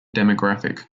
demographic